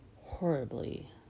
horribly